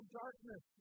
darkness